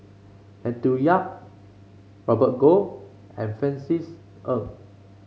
Matthew Yap Robert Goh and Francis Ng